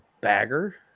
bagger